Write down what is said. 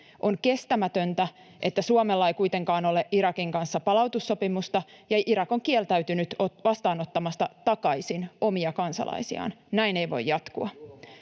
On kestämätöntä, että Suomella ei kuitenkaan ole Irakin kanssa palautussopimusta ja Irak on kieltäytynyt vastaanottamasta takaisin omia kansalaisiaan. Näin ei voi jatkua.